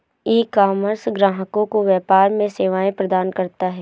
ecommerce ग्राहकों को व्यापार में सेवाएं प्रदान करता है